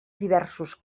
diversos